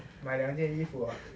买两件衣服啊